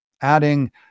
adding